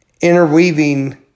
interweaving